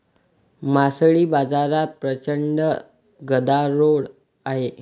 मासळी बाजारात प्रचंड गदारोळ आहे